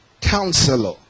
Counselor